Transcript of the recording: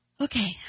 Okay